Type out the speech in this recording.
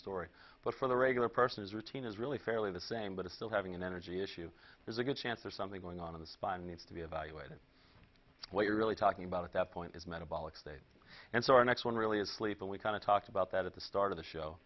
story but for the regular person is routine is really fairly the same but it's still having an energy issue there's a good chance there's something going on in the spine needs to be evaluated what you're really talking about at that point is metabolic state and so our next one really is sleep and we kind of talked about that at the start of the show